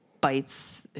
bites